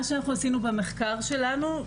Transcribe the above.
מה שאנחנו עשינו במחקר שלנו,